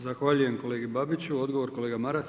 Zahvaljujem kolegi Babiću, odgovor kolega Maras.